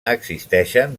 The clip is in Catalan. existeixen